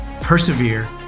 persevere